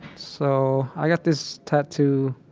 so i got this tattoo